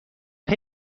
دست